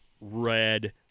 red